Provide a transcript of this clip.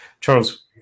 Charles